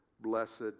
blessed